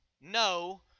no